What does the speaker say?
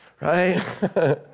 right